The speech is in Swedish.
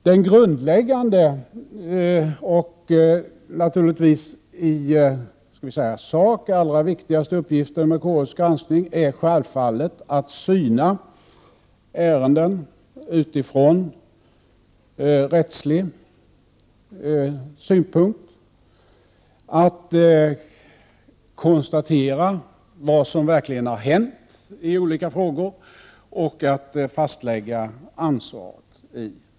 Den grundläggande och i sak allra viktigaste uppgiften med KU:s granskning är självfallet att syna ärenden ur rättslig synvinkel, konstatera vad som verkligen har hänt i olika frågor och att fastlägga ansvaret.